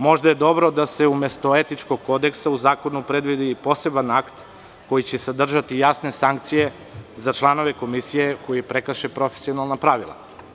Možda je dobro da se umesto etičkog kodeksa u zakonu predvidi poseban akt koji će sadržati jasne sankcije za članove komisije koji prekrše profesionalna pravila.